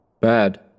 Bad